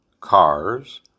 cars